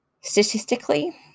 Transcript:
Statistically